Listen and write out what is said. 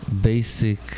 basic